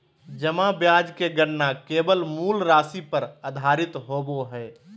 जमा ब्याज के गणना केवल मूल राशि पर आधारित होबो हइ